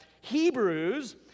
Hebrews